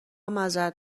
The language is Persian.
معذرت